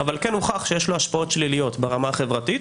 אבל כן הוכח שיש לו השפעות שליליות ברמה החברתית